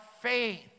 faith